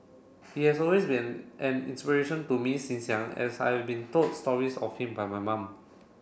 he has always been an inspiration to me since young as I've been told stories of him by my mum